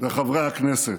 וחברי הכנסת,